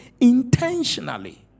intentionally